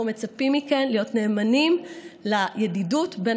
אנחנו מצפים מכם להיות נאמנים לידידות בין